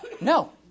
No